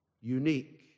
Unique